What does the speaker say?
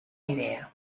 idea